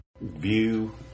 view